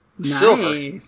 silver